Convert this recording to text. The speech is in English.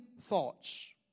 thoughts